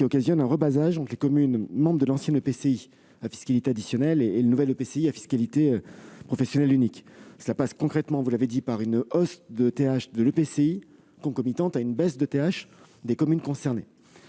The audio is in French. occasionnant un rebasage entre les communes membres de l'ancien EPCI à fiscalité professionnelle et celles du nouvel EPCI à fiscalité professionnelle unique. Cela passe concrètement, vous l'avez indiqué, par une hausse de taxe d'habitation de l'EPCI, concomitante à une baisse de taxe d'habitation des communes concernées,